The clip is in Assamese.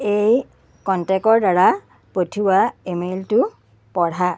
এই কণ্টেকৰদ্বাৰা পঠিওৱা ই মেইলটো পঢ়া